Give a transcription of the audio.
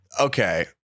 okay